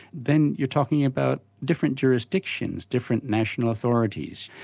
then you're talking about different jurisdictions, different national authorities.